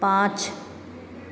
पाँच